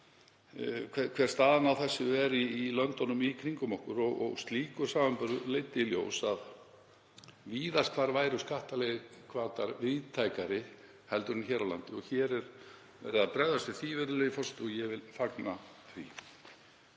hver staðan á þessu er í löndunum í kringum okkur og slíkur samanburður leiddi í ljós að víðast hvar væru skattalegir hvatar víðtækari en hér á landi. Hér er verið að bregðast við því, virðulegi forseti, og ég vil fagna því.